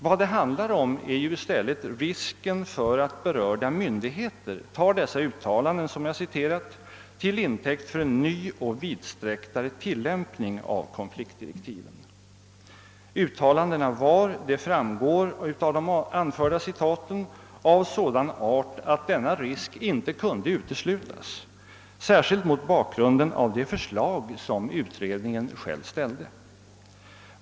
Vad det handlar om är i stället risken för att berörda myndigheter tar dessa uttalanden, som jag citerat, till intäkt för en ny och mer vidsträckt tillämpning av konfliktdirektiven. Uttalandena var — det framgår av de anförda citaten — av sådan art att denna risk inte kunde uteslutas, särskilt mot bakgrund av det förslag som utredningen ställde.